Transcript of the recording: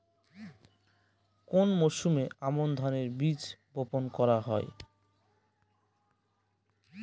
কোন মরশুমে আমন ধানের বীজ বপন করা হয়?